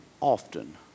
often